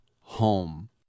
home